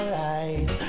right